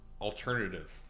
alternative